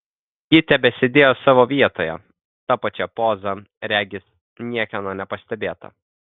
ji tebesėdėjo savo vietoje ta pačia poza regis niekieno nepastebėta